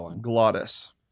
glottis